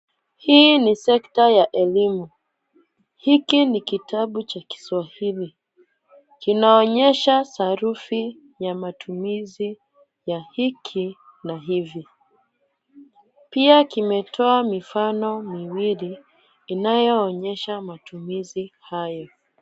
Hii ni sekta ya elimu. Hiki ni kitabu cha Kiswahili, kinaonyesha sarufi ya matumizi ya hiki na hivi. Pia kimetoa mifano miwili inayoonyesha matumizi hayo.